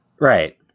Right